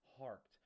harked